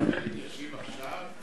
השר בגין ישיב עכשיו?